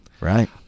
Right